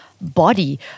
body